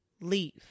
Leave